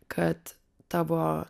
kad tavo